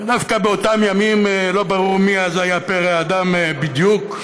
דווקא באותם ימים שלא ברור מי אז היה פרא אדם בדיוק,